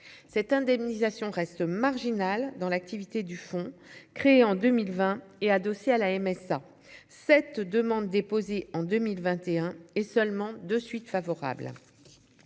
cette indemnisation reste marginal dans l'activité du fonds créé en 2020 est adossée à la MSA cette demande déposée en 2021 et seulement de suite favorable